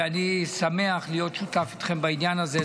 ואני שמח להיות שותף אתכם בעניין הזה.